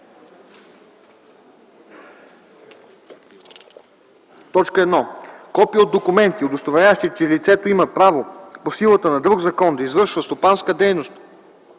така: „1. копия от документи, удостоверяващи, че лицето има право по силата на друг закон да извършва стопанска дейност,